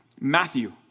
Matthew